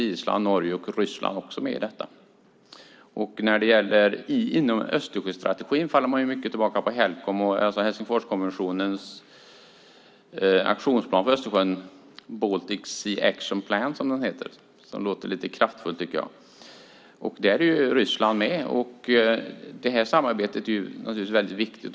Island, Norge och Ryssland finns också med i detta. Inom Östersjöstrategin faller man mycket tillbaka på Helcom, Helsingforskommissionens aktionsplan för Östersjön - Baltic Sea Action Plan, som den heter. Det låter kraftfullt. Där är Ryssland med, och det samarbetet är naturligtvis väldigt viktigt.